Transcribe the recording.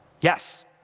Yes